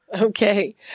Okay